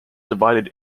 divided